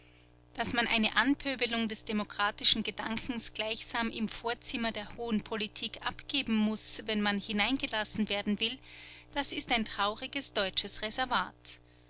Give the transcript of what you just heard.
daß man eine anpöbelung des demokratischen gedankens gleichsam im vorzimmer der hohen politik abgeben muß wenn man hineingelassen werden will das ist ein trauriges deutsches reservat